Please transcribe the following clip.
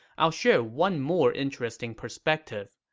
i'll share one more interesting perspective.